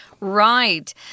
Right